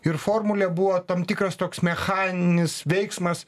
ir formulė buvo tam tikras toks mechaninis veiksmas